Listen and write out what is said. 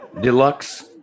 deluxe